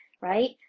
right